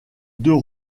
deux